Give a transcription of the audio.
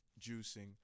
juicing